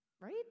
right